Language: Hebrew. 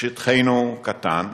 שטחנו קטן,